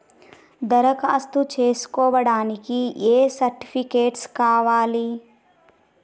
దరఖాస్తు చేస్కోవడానికి ఏ సర్టిఫికేట్స్ కావాలి?